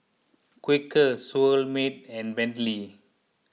Quaker Seoul Mart and Bentley